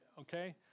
okay